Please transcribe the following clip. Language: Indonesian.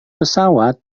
pesawat